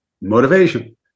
Motivation